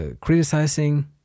criticizing